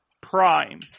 prime